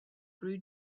grew